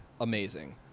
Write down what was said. amazing